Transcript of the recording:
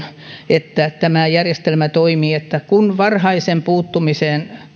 että tämä järjestelmä toimii että kun varhaisen puuttumisen